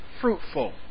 fruitful